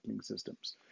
systems